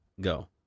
go